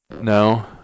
No